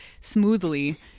smoothly